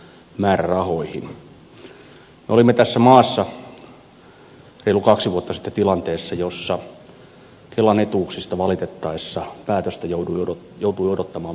me olimme tässä maassa reilut kaksi vuotta sitten tilanteessa jossa kelan etuuksista valitettaessa päätöstä joutui odottamaan puolitoista vuotta